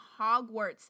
hogwarts